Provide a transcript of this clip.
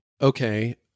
okay